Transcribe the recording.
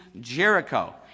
Jericho